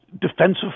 defensive